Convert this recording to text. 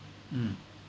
mm